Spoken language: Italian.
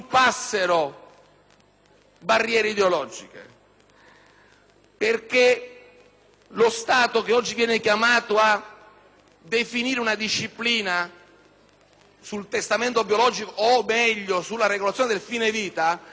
Lo Stato che oggi viene chiamato a definire una disciplina sul testamento biologico, o meglio, sulla regolazione della fine vita deve essere uno Stato rispettoso, che